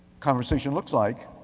conversation looks like,